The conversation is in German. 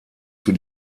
für